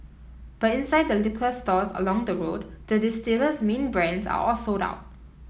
but inside the liquor stores along the road the distiller's main brands are all sold out